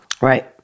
Right